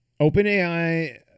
OpenAI